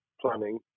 planning